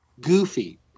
Goofy